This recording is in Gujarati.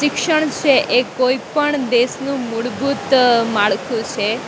શિક્ષણ છે એ કોઈપણ દેશનું મૂળભૂત માળખું છે